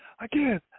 again